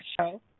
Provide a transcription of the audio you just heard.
show